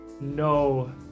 no